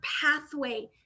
pathway